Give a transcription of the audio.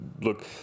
look